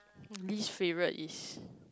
least favorite is